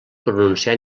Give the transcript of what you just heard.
pronunciar